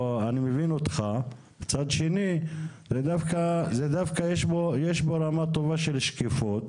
אני מבין מה שאוסאמה אומר אבל מצד שני דווקא יש רמה טובה של שקיפות.